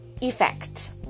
Effect